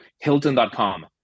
Hilton.com